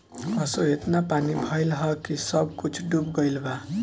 असो एतना पानी भइल हअ की सब कुछ डूब गईल बा